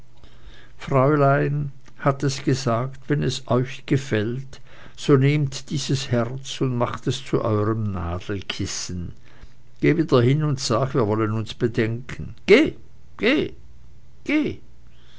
fräulein hat es gesagt wenn es euch gefällt so nehmt dies herz und macht es zu euerem nadelkissen geh wieder hin und sag wir wollten uns bedenken geh geh geh